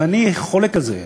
ואני חולק על זה.